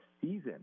season